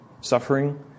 suffering